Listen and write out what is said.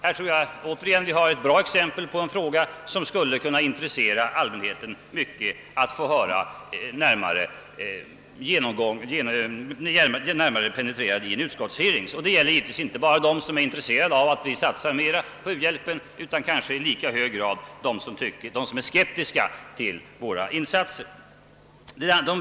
Här har vi ett annat bra exempel på en fråga som allmänheten skulle vara mycket intresserad av att få höra penetreras i ett utskottsförhör. Detta gäller inte bara dem som vill att vi skall satsa mera på uhjälpen utan kanske i lika hög grad dem som är skeptiska till våra insatser.